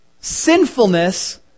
sinfulness